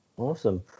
Awesome